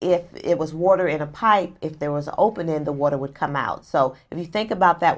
if it was water in a pipe if there was open in the water would come out so if you think about that